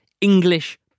English